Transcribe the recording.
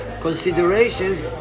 considerations